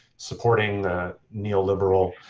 supporting the neoliberal